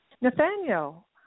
Nathaniel